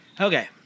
Okay